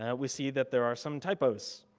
and we see that their are some typos.